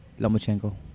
Lomachenko